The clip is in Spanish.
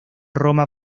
roma